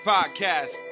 Podcast